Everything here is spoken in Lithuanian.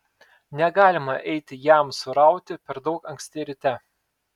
negalima eiti jamsų rauti per daug anksti ryte